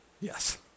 Yes